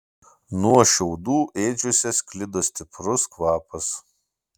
nuo šiaudų ėdžiose sklido stiprus kvapas